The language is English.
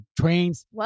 trains